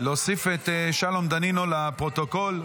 להוסיף את שלום דנינו לפרוטוקול.